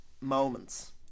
moments